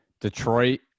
Detroit